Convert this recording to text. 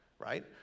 Right